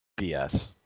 BS